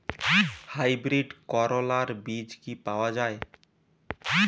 Hybrid করলার বীজ কি পাওয়া যায়?